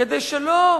כדי שלא,